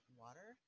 water